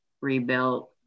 rebuilt